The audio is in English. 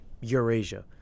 Eurasia